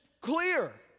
clear